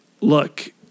look